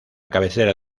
cabecera